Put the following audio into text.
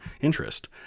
interest